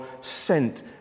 sent